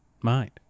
mind